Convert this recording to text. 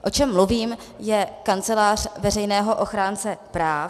O čem mluvím, je Kancelář veřejného ochránce práv.